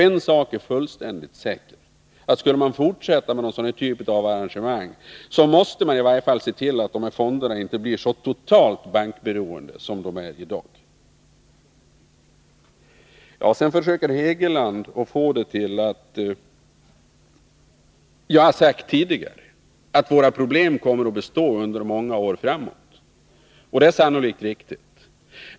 En sak är fullständigt säker: skulle man fortsätta med en sådan här typ av arrangemang, måste man i varje fall se till att fonderna inte blir så totalt bankberoende som de är i dag. Hugo Hegeland försöker få det till att jag har sagt att våra problem kommer att bestå under många år framåt. Det är sannolikt riktigt.